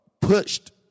pushed